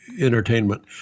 entertainment